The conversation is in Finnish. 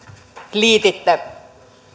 liititte